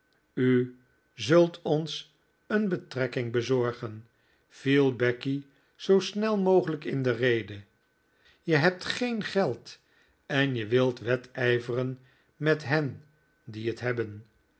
u zult ons een betrekking bezorgen viel becky zoo snel mogelijk in de rede je hebt geen geld en je wilt wedijveren met hen die het hebben